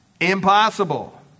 Impossible